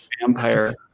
vampire